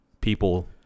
people